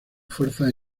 fuerzas